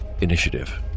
Initiative